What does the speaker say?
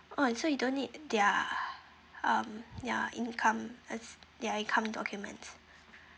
oh so you don't need their um your income uh their income documents